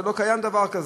זה לא קיים, דבר כזה.